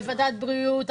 בוועדת הבריאות,